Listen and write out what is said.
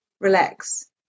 relax